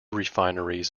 refineries